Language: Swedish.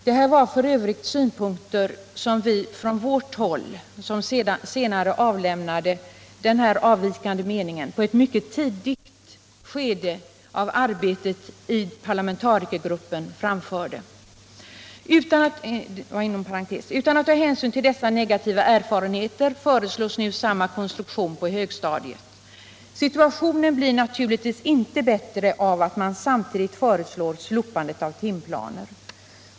— Det här är f. ö. synpunkter som vi från vårt håll, vi som senare anmälde avvikande mening, framförde på ett mycket tidigt stadium av arbetet i parlamentarikergruppen. — Utan att ta hänsyn till dessa negativa erfarenheter föreslår man nu samma konstruktion på högstadiet. Situationen blir naturligtvis inte bättre av att man samtidigt föreslår slopande av timplanen.